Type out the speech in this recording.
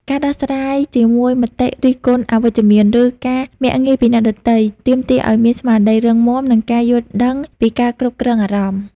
ការដោះស្រាយជាមួយមតិរិះគន់អវិជ្ជមាន ឬការមាក់ងាយពីអ្នកដទៃ ទាមទារឱ្យមានស្មារតីរឹងមាំ និងការយល់ដឹងពីការគ្រប់គ្រងអារម្មណ៍។